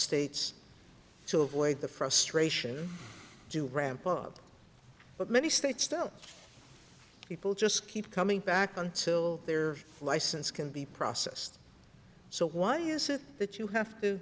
states to avoid the frustration do ramp up but many states still people just keep coming back until their license can be processed so why is it that you have to